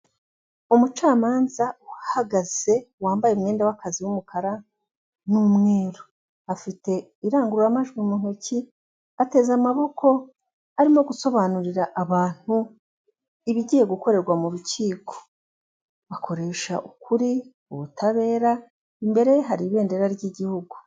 Umucamanza uhagaze wambaye umwenda w'akazi w'umukara n'umweru, afite irangurumajwi mu ntoki ateze amaboko arimo gusobanurira abantu ibigiye gukorerwa mu rukiko, bakoresha ukuri ubutabera mbere hari ibendera ry'igihugu.